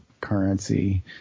currency